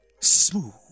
Smooth